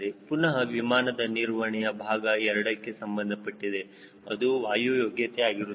ಪುನಹ ವಿಮಾನದ ನಿರ್ವಹಣೆಯು ಭಾಗ 2ಕ್ಕೆ ಸಂಬಂಧಪಟ್ಟಿದೆ ಅದು ವಾಯು ಯೋಗ್ಯತೆ ಆಗಿರುತ್ತದೆ